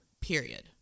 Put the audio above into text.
period